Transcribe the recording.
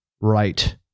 Right